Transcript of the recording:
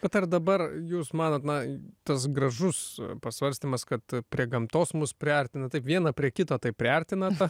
bet ar dabar jūs manot na tas gražus pasvarstymas kad prie gamtos mus priartina taip vieną prie kito tai priartina ta